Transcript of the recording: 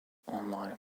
online